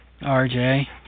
RJ